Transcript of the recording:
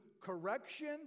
correction